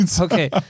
Okay